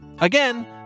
Again